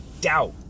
doubt